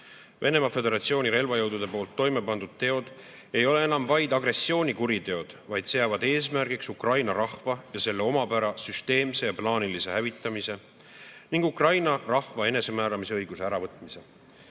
Venemaa Föderatsiooni relvajõudude toime pandud teod ei ole enam vaid agressioonikuriteod, vaid seavad eesmärgiks Ukraina rahva ja selle omapära süsteemse ja plaanilise hävitamise ning Ukraina rahva enesemääramisõiguse äravõtmise.